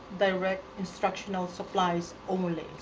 direct instructional supplies overlay.